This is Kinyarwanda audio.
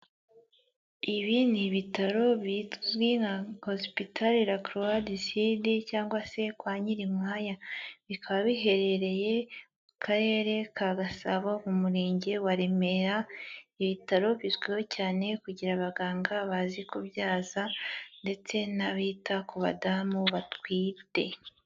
Ibi ni ibitaro bizwi nka Hospital la Croix du Sud cyangwa se kwa Nyirikwaya, bikaba biherereye mu karere ka Gasabo mu murenge wa Remera, ibi bitaro bizwiho cyane kugira abaganga bazi kubyaza ndetse n'abita ku badamu batwite.